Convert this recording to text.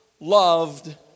loved